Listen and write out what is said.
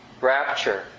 rapture